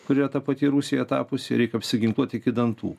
kuri yra ta pati rusija tapusi reik apsiginkluoti iki dantų